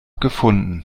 gefunden